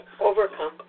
Overcome